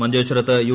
മഞ്ചേശ്വരത്ത് യു